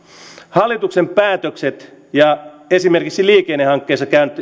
hallituksen uudet päätökset ja liikennehankkeissa